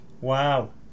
Wow